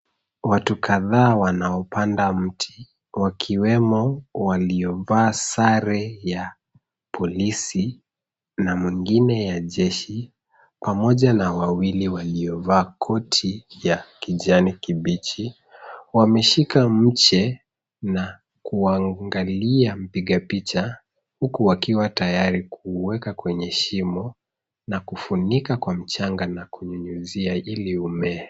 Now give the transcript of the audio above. Watu kadhaa wanaopanda mti wakiwemo, waliovaa sare ya polisi na mwingine ya jeshi, pamoja na wawili waliovaa koti ya kijani kibichi. Wameshika mche na kuangalia mpiga picha, huku wakiwa tayari kuuweka kwenye shimo na kufunika kwa mchanga na kunyunyizia ili umee.